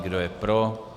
Kdo je pro.